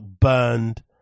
burned